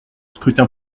scrutin